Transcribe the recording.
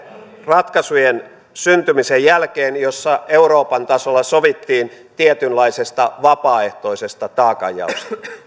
ratkaisujen syntymisen jälkeen joissa euroopan tasolla sovittiin tietynlaisesta vapaaehtoisesta taakanjaosta